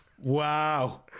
Wow